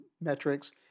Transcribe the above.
metrics